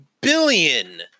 billion